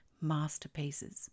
masterpieces